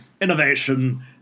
innovation